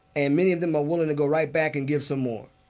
and many of them are willing to go right back and give some more.